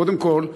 קודם כול,